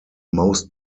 most